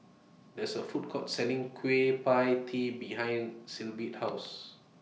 There's A Food Court Selling Kueh PIE Tee behind Sibyl's House